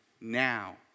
now